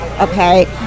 Okay